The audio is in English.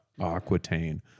Aquitaine